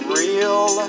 real